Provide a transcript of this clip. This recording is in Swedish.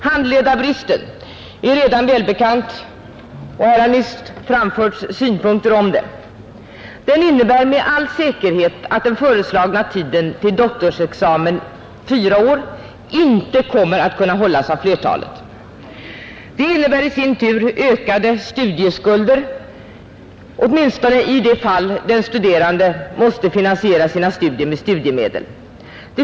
Handledarbristen är redan välbekant, och här har nyss framförts synpunkter på den. Den innebär med all säkerhet att den föreslagna tiden till doktorsexamen, fyra år, inte kommer att kunna hållas av flertalet. Det innebär i sin tur ökade studieskulder, åtminstone i de fall då den studerande måste finansiera sina studier med studiemedel.